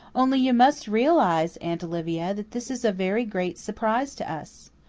only you must realize, aunt olivia, that this is a very great surprise to us.